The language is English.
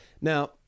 Now